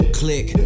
click